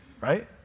Right